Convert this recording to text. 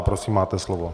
Prosím, máte slovo.